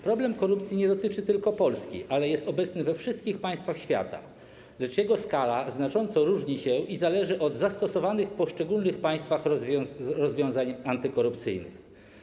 Problem korupcji dotyczy nie tylko Polski, ale jest obecny we wszystkich państwach świata, lecz jego skala znacząco różni się i zależy od zastosowanych w poszczególnych państwach rozwiązań antykorupcyjnych.